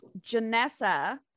Janessa